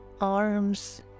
arms